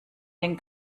den